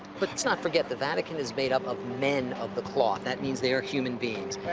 but let's not forget the vatican is made up of men of the cloth. that means they are human beings.